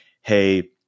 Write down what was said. hey –